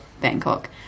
Bangkok